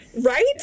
Right